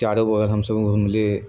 चारू बगल हमसभ घुमली